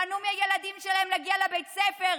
שמנעו מהילדים שלהם להגיע לבית הספר,